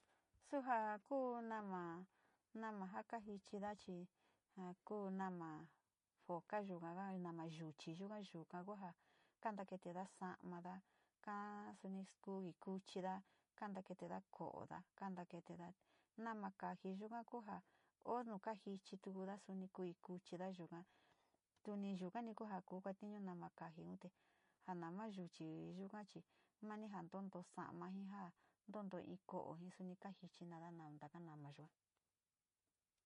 Su ja ku nama, nama ja kajichida chi ja kuu nama foca yuga nama yuchi yuka ku ja kana keteda sa´amada ka soni skuviskuchida, kana keeteda kooda, kana keeteda nama kaji yuga kuja o nu kaji chituda suni kui kuchida yuga tuni yugani ku ja ko kuatiñu nama kajiun te, ja nama yuchi yuga chi mani ja tontoo sa´ama ji ja ntonto ji in ko´o ji suni kajichido taka nama yua.